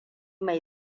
mai